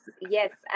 yes